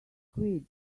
squid